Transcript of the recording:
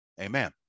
Amen